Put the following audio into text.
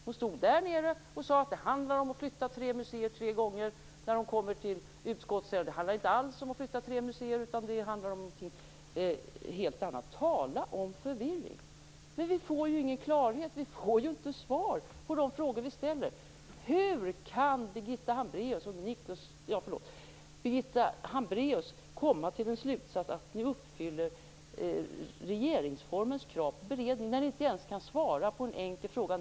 Hon stod här i kammaren och sade tre gånger att det handlar om att flytta tre museer. När hon kom till utskottet sade hon: Det handlar inte alls om att flytta tre museer. Det handlar om något helt annat. Tala om förvirring! Vi får ju ingen klarhet. Vi får inte svar på de frågor vi ställer. Hur kan Birgitta Hambraeus komma till slutsatsen att det uppfyller regeringsformens krav på beredning när ni inte ens kan svara på en enkel fråga?